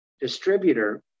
distributor